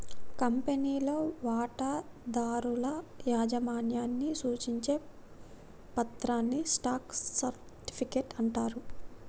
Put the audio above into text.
కంపెనీలో వాటాదారుల యాజమాన్యాన్ని సూచించే పత్రాన్ని స్టాక్ సర్టిఫికెట్ అంటారు